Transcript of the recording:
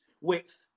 width